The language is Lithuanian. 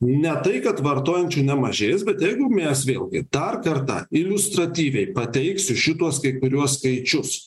ne tai kad vartojančių nemažės bet jeigu mes vėlgi dar kartą iliustratyviai pateiksiu šituos kai kuriuos skaičius